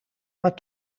maar